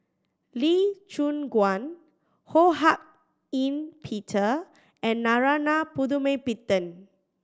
Lee Choon Guan Ho Hak Ean Peter and Narana Putumaippittan